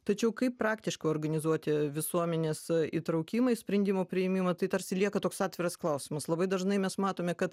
tačiau kaip praktiškai organizuoti visuomenės įtraukimą į sprendimų priėmimą tai tarsi lieka toks atviras klausimas labai dažnai mes matome kad